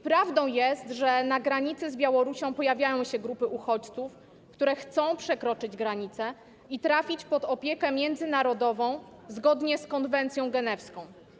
Prawdą jest, że na granicy z Białorusią pojawiają się grupy uchodźców, które chcą przekroczyć granicę i trafić pod opiekę międzynarodową zgodnie z konwencją genewską.